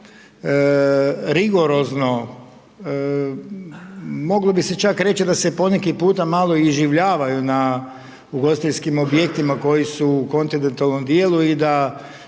dosta rigorozno, moglo bi se čak reći da se poneki puta malo iživljavaju na ugostiteljskim objektima koji su u kontinentalnom dijelu i da